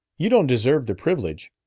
you don't deserve the privilege.